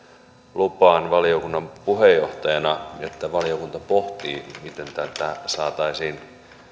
lupaan valiokunnan puheenjohtajana että valiokunta pohtii miten tätä saataisiin